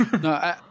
No